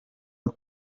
and